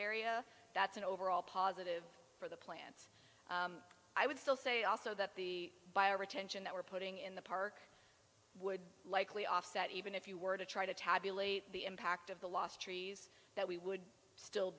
area that's an overall positive for the plants i would still say also that the bio retention that we're putting in the park would likely offset even if you were to try to tabulate the impact of the last trees that we would still